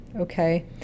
okay